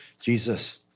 Jesus